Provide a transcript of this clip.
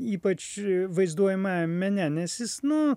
ypač vaizduojamajam mene nes jis nu